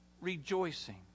rejoicing